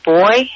boy